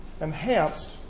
enhanced